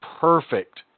perfect